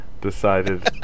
decided